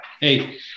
Hey